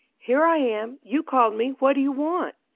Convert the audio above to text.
here i am, you called me, what do you want?